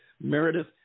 Meredith